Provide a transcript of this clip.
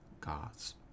gods